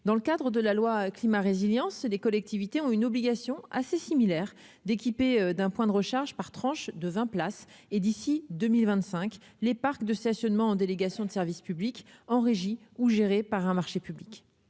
dans le cadre de la loi climat résilience des collectivités ont une obligation assez similaire d'équiper d'un point de recharge par tranches de 20 places et d'ici 2025 les parcs de stationnement en délégation de service public en régie ou gérés par un marché public,